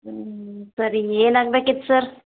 ಹ್ಞೂ ಸರಿ ಏನಾಗ್ಬೇಕಿತ್ತು ಸರ್